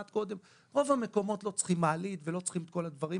רוב המקומות לא צריכים מעלית ואת כל הדברים